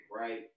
right